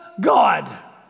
God